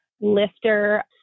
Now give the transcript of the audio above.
lifter